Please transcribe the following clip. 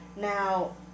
Now